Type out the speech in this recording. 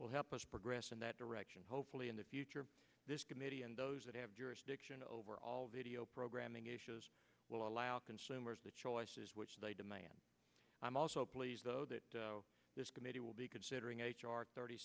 will help us progress in that direction hopefully in the future of this committee and those that have jurisdiction over all video programming it will allow consumers the choices which they demand i'm also pleased though that this committee will be considering h r thirty